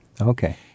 Okay